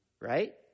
Right